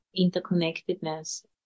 interconnectedness